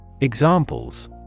Examples